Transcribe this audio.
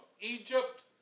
Egypt